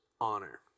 honor